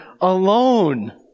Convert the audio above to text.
alone